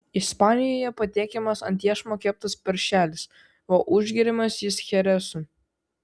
ispanijoje patiekiamas ant iešmo keptas paršelis o užgeriamas jis cheresu